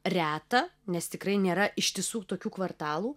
reta nes tikrai nėra ištisų tokių kvartalų